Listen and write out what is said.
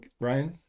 Ryan